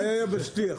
החי היבשתי.